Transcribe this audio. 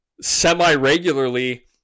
semi-regularly